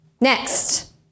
next